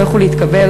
לא יכלו להתקבל,